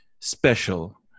special